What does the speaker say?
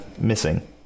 missing